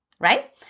right